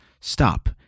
stop